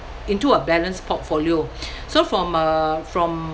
into a balanced portfolio so from uh from